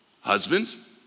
Husbands